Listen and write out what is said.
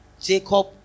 Jacob